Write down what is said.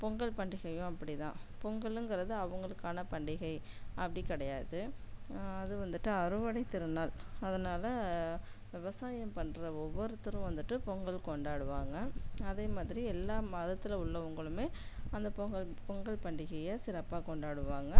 பொங்கல் பண்டிகையும் அப்டி தான் பொங்கலுங்கறது அவங்களுக்கான பண்டிகை அப்படி கிடையாது அது வந்துவிட்டு அறுவடை திருநாள் அதனால் விவசாயம் பண்ணுற ஒவ்வொருத்தரும் வந்துவிட்டு பொங்கல் கொண்டாடுவாங்க அதேமாதிரி எல்லா மதத்தில் உள்ளவங்களுமே அந்த பொங்க பொங்கல் பண்டிகையை சிறப்பாக கொண்டாடுவாங்க